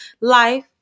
Life